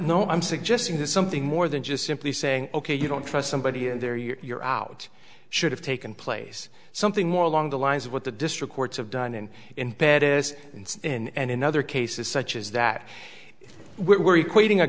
no i'm suggesting that something more than just simply saying ok you don't trust somebody and there you're out should have taken place something more along the lines of what the district courts have done and in bed as in and in other cases such as that